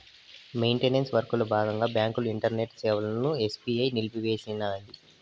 maintenance వర్కల బాగంగా బాంకుల ఇంటర్నెట్ సేవలని ఎస్బీఐ నిలిపేసినాది